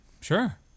Sure